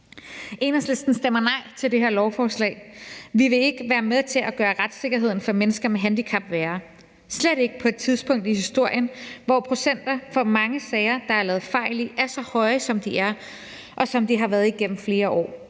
Enhedslisten stemmer nej til det her lovforslag. Vi vil ikke være med til at gøre retssikkerheden for mennesker med handicap værre, slet ikke på et tidspunkt i historien, hvor procenterne i de mange sager, der er lavet fejl i, er så høje, som de er, og som de har været igennem flere år.